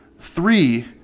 Three